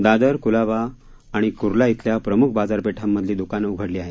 दादर कुलाबा आणि कुर्ला इथल्या प्रमुख बाजारपेठांतली दुकानं उघडली आहेत